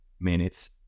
minutes